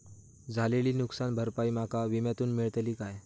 झालेली नुकसान भरपाई माका विम्यातून मेळतली काय?